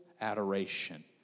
adoration